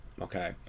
Okay